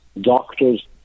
doctors